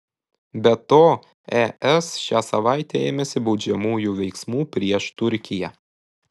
be to es šią savaitę ėmėsi baudžiamųjų veiksmų prieš turkiją